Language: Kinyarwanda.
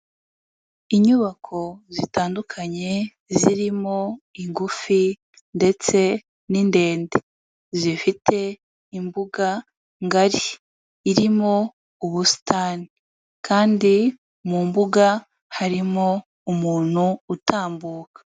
Inyubako zitandukanye zirimo ingufi ndetse n'indende. Zifite imbuga ngari irimo ubusitani kandi mu mbuga harimo umuntu utambuka.